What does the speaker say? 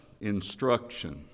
instruction